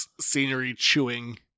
scenery-chewing